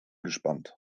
gespannt